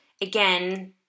again